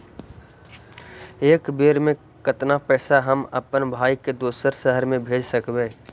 एक बेर मे कतना पैसा हम अपन भाइ के दोसर शहर मे भेज सकबै?